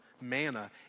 manna